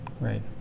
Right